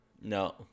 No